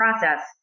process